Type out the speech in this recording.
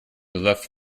left